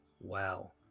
Wow